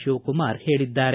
ಶಿವಕುಮಾರ್ ಹೇಳದ್ದಾರೆ